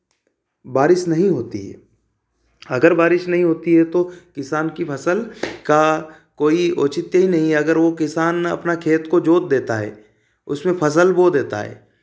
बारिश नहीं होती है अगर बारिश नहीं होती है तो किसान की फ़सल का कोई औचित्य ही नहीं अगर वह किसान अपना खेत को जोत देता है उसमें फ़सल वह देता है